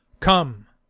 come,